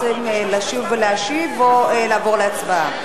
רוצים לשוב ולהשיב או לעבור להצבעה?